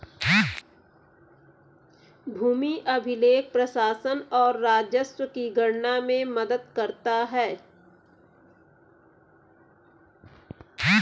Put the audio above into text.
भूमि अभिलेख प्रशासन और राजस्व की गणना में मदद करता है